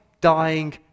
dying